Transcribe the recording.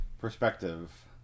perspective